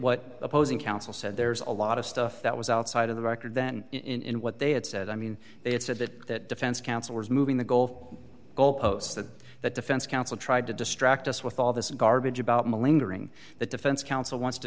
what opposing counsel said there's a lot of stuff that was outside of the record then in what they had said i mean it's said that defense counsel was moving the goal goalposts that that defense counsel tried to distract us with all this garbage about melinda ring the defense counsel wants to